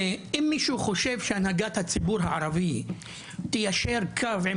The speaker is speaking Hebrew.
ואם מישהו חושב שהנהגת הציבור הערבי תיישר קו עם